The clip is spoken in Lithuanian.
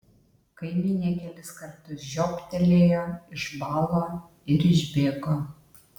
kaimynė kelis kartus žiobtelėjo išbalo ir išbėgo